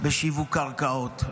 בשיווק קרקעות,